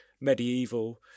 medieval